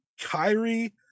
Kyrie